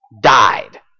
died